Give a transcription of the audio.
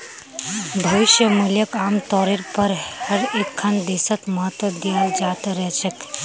भविष्य मूल्यक आमतौरेर पर हर एकखन देशत महत्व दयाल जा त रह छेक